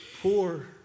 poor